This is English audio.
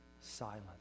silent